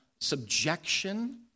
subjection